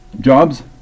jobs